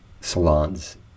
salons